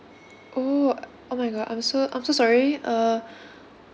oh oh my god I'm so I'm so sorry uh